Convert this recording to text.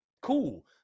cool